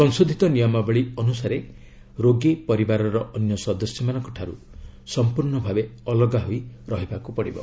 ସଂଶୋଧିତ ନିୟମାବଳୀ ଅନୁସାରେ ରୋଗୀ ପରିବାରର ଅନ୍ୟ ସଦସ୍ୟମାନଙ୍କ ଠାରୁ ସମ୍ପୂର୍ଣ୍ଣ ଭାବେ ଅଲଗା ହୋଇ ରହିବାକୁ ପଡ଼ିବ